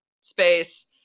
space